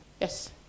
Yes